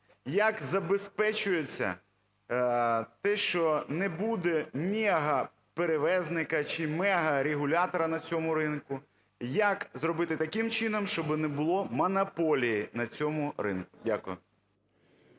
як забезпечується те, що не буде мегаперевізника, чи мегарегулятора на цьому ринку. Як зробити таким чином, щоби не було монополії на цьому ринку. Дякую.